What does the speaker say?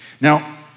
Now